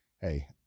hey